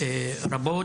רבות.